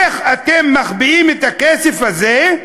איך אתם מחביאים את הכסף הזה,